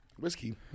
Whiskey